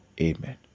amen